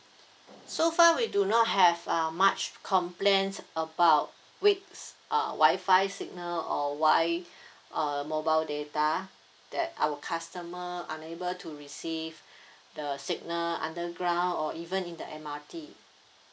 so far we do not have uh much complaints about weak uh wi-fi signal or wi~ err mobile data that our customer unable to receive the signal underground or even in the M_R_T